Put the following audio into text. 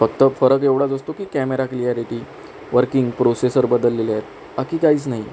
फक्त फरक एवढाच असतो की कॅमेरा क्लिआरिटी वर्किंग प्रोसेसर बदललेले आहेत बाकी काहीच नाही